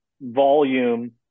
volume